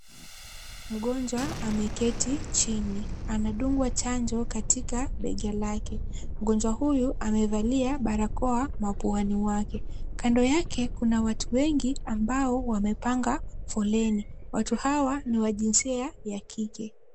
Mgonjwa ameketi chini. Anadungwa chanjo katika bega lake. Mgonjwa huyu amevalia barakoa mapuani mwake. Kando yake kuna watu wengi ambao wamepanga foleni. Watu hawa ni wa jinsia ya kike.